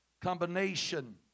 combination